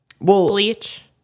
Bleach